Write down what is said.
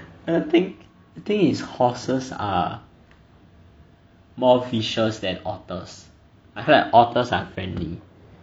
err I think I think is horses are more vicious than otters I feel like otters are friendly